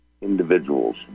individuals